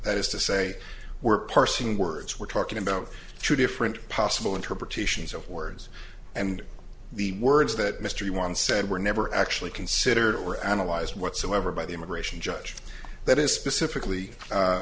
that is to say we're parsing words we're talking about two different possible interpretations of words and the words that mystery once said were never actually considered or analyzed whatsoever by the immigration judge that is specifically